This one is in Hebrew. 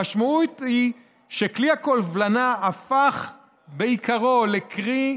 המשמעות היא שכלי הקובלנה הפך בעיקרו לכלי,